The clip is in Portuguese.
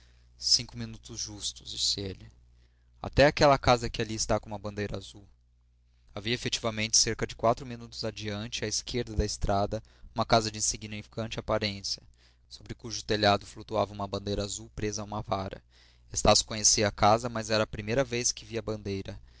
cinco minutos justos disse ele até aquela casa que ali está com uma bandeira azul havia efetivamente cerca de quatro minutos adiante à esquerda da estrada uma casa de insignificante aparência sobre cujo telhado flutuava uma bandeira azul presa a uma vara estácio conhecia a casa mas era a primeira vez que via a bandeira